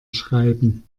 schreiben